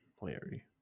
Larry